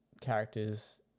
characters